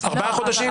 ארבעה חודשים?